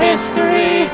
History